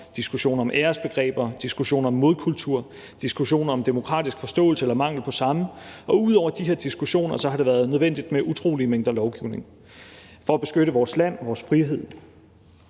diskussion om æresbegreber, diskussion om modkultur, diskussion om demokratisk forståelse eller mangel på samme. Ud over de her diskussioner har det været nødvendigt med utrolige mængder lovgivning for at beskytte vores land og vores frihed.